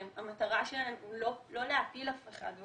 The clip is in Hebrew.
המטרה, לא להפיל אף אחד.